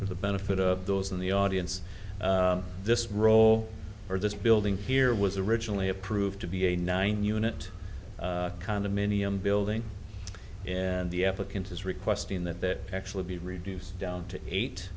for the benefit of those in the audience this role or this building here was originally approved to be a nine unit condominium building and the epoch into is requesting that that actually be reduced down to eight